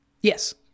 Yes